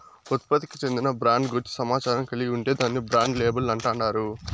ఉత్పత్తికి చెందిన బ్రాండ్ గూర్చి సమాచారం కలిగి ఉంటే దాన్ని బ్రాండ్ లేబుల్ అంటాండారు